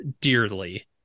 dearly